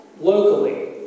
locally